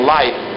life